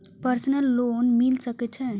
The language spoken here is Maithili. प्रसनल लोन मिल सके छे?